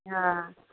ஆ